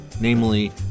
namely